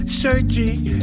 searching